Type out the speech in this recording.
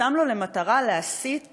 שם לו למטרה להסיט